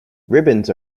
ribbons